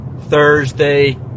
Thursday